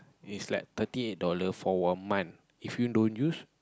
it's like thirty eight dollar for one month if you don't use